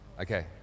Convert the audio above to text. Okay